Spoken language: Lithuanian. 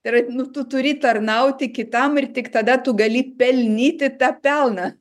tai yra nu tu turi tarnauti kitam ir tik tada tu gali pelnyti tą pelną